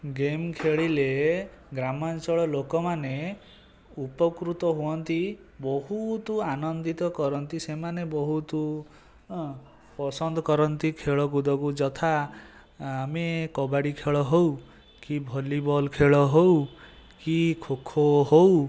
game ଖେଳିଲେ ଗ୍ରାମାଞ୍ଚଳ ଲୋକମାନେ ଉପକୃତ ହୁଅନ୍ତି ବହୁତ ଆନନ୍ଦିତ କରନ୍ତି ସେମାନେ ବହୁତପସନ୍ଦ କରନ୍ତି ଖେଳ କୁଦକୁ ଯଥା ଆମେ କବାଡ଼ି ଖେଳ ହେଉ କି ଭଲିବଲ ଖେଳ ହେଉ କି ଖୋଖୋ ହେଉ